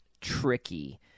tricky